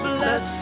Bless